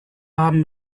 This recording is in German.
haben